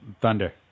thunder